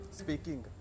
speaking